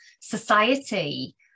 society